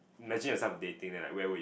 imagine yourself dating like where will you